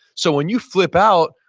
so when you flip out,